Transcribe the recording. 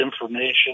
information